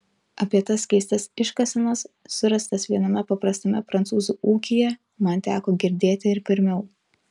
apie tas keistas iškasenas surastas viename paprastame prancūzų ūkyje man teko girdėti ir pirmiau